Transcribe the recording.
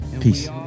Peace